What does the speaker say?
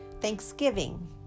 Thanksgiving